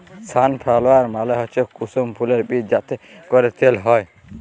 sunflower মালে হচ্যে কুসুম ফুলের বীজ যাতে ক্যরে তেল হ্যয়